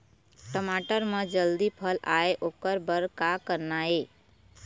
टमाटर म जल्दी फल आय ओकर बर का करना ये?